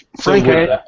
Frank